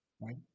right